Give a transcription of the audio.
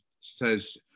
says